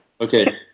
Okay